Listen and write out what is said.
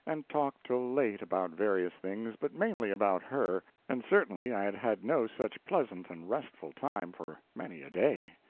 and talked till late about various things, but mainly about her and certainly i had had no such pleasant and restful time for many a day.